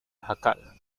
jacal